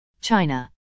China